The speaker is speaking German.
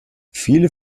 viele